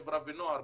חברה ונוער,